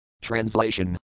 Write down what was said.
Translation